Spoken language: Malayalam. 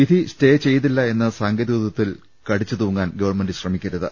വിധി സ്റ്റേ ചെയ്തില്ല എന്ന സാങ്കേതികത്വത്തിൽ കടിച്ചുതൂങ്ങാൻ ഗവൺമെന്റ് ശ്രമിക്കരുത്